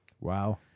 Wow